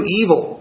evil